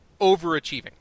overachieving